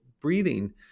breathing